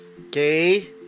Okay